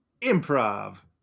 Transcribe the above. Improv